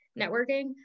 networking